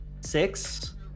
Six